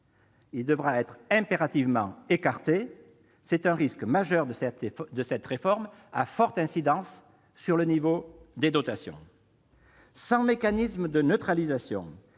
devra impérativement être écarté. C'est un risque majeur de cette réforme à forte incidence sur le niveau des dotations. Sans mécanisme de neutralisation,